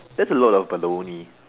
that's a lot of baloney